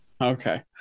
Okay